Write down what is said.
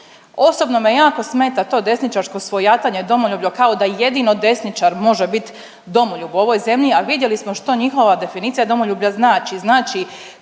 Osobno me jako smeta to desničarsko svojatanje domoljublja kao da jedino desničar može bit domoljub u ovoj zemlji, a vidjeli smo što njihova definicija domoljublja znači.